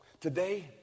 today